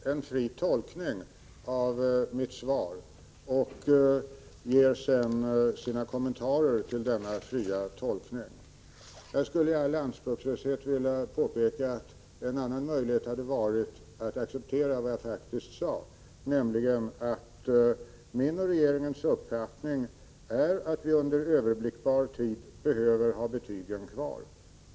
Herr talman! Per Unckel säger sig ha gjort en fri tolkning av mitt svar och ger sedan sina kommentarer till denna fria tolkning. Jag skulle i all anspråkslöshet vilja påpeka att en annan möjlighet hade varit att acceptera vad jag faktiskt sade, nämligen att min och regeringens uppfattning är att vi under överblickbar tid behöver ha betygen kvar.